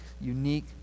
unique